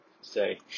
say